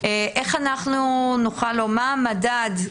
איך אנחנו נוכל לומר מדד?